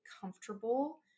comfortable